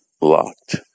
locked